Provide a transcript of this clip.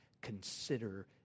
consider